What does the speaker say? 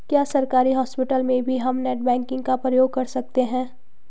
क्या सरकारी हॉस्पिटल में भी हम नेट बैंकिंग का प्रयोग कर सकते हैं?